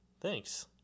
Thanks